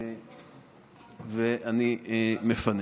אני מפנה.